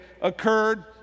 occurred